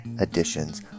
editions